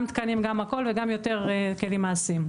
גם תקנים וגם יותר כלים מעשיים.